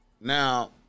Now